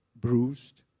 bruised